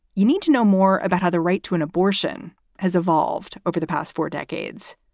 you need to know more about how the right to an abortion has evolved over the past four decades.